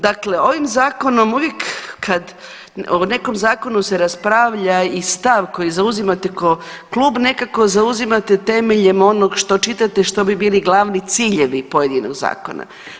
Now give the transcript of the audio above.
Dakle, ovim zakonom uvijek kad o nekom zakonu se raspravlja i stav koji zauzimate ko klub nekako zauzimate temeljem onog što čitate, što bi bili glavni ciljevi pojedinog zakona.